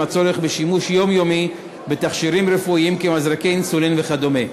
עם הצורך בשימוש יומיומי בתכשירים רפואיים כמזרקי אינסולין וכדומה.